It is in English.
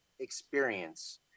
experience